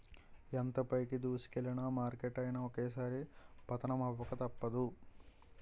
ఎంత పైకి దూసుకెల్లిన మార్కెట్ అయినా ఒక్కోసారి పతనమవక తప్పదు